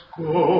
go